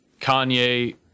Kanye